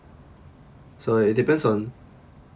so it depends on